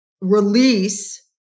release